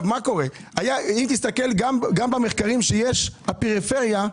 אם תסתכל גם במחקרים שיש הפריפריה,